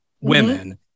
Women